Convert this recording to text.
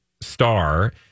star